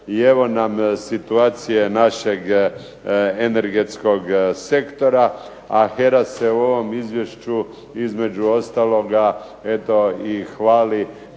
I evo nam situacije našeg energetskog sektora, a HERA se u ovom izvješću između ostaloga hvali